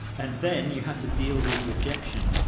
and then you have to deal with rejection.